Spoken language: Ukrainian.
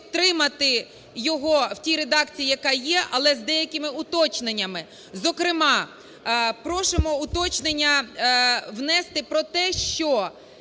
підтримати його в тій редакції, яка є, але з деякими уточненнями. Зокрема, просимо уточнення внести про те, що